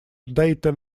data